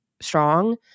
strong